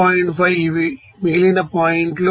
5 ఇవి మిగిలిన పాయింట్లు